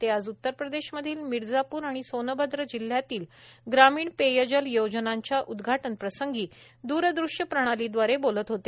ते आज उत्तर प्रदेश मधील मिरजापूर आणि सोनभद्र जिल्ह्यातील ग्रामीण पेय जल योजनांच्या उदघाटन प्रसंगी दुरदृश्य प्रणाली दवारे बोलत होते